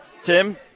Tim